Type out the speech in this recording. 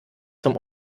zum